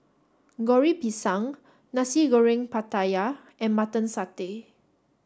Goreng Pisang Nasi Goreng Pattaya and Mutton Satay